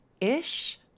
ish